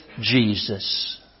Jesus